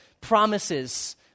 promises